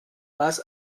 was